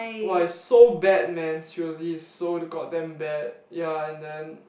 !wah! it's so bad man seriously is so the god damn bad ya and then